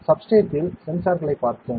எனவே சப்ஸ்ட்ரேட்டில் சென்சார்களைப் பார்த்தோம்